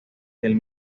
del